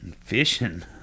fishing